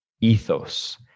ethos